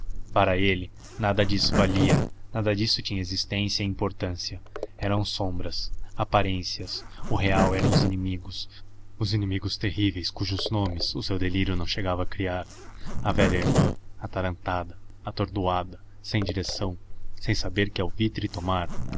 para ele nada disso valia nada disso tinha existência e importância eram sombras aparências o real eram os inimigos os inimigos terríveis cujos nomes o seu delírio não chegava a criar a velha irmã atarantada atordoada sem direção sem saber que alvitre tomar